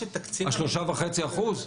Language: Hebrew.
תשואה 3.5%?